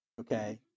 Okay